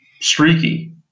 streaky